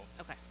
Okay